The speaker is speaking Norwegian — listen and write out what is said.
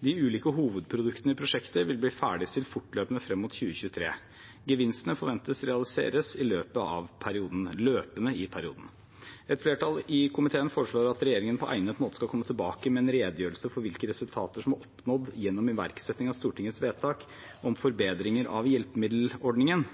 De ulike hovedproduktene i prosjektet vil bli ferdigstilt fortløpende frem mot 2023, og det forventes at gevinstene realiseres løpende i perioden. Et flertall i komiteen foreslår at regjeringen på egnet måte skal komme tilbake med en redegjørelse for hvilke resultater som er oppnådd gjennom iverksetting av Stortingets vedtak om forbedringer av hjelpemiddelordningen.